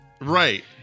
Right